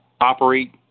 operate